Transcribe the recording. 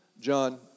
John